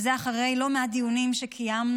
וזה אחרי לא מעט דיונים שקיימנו,